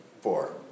Four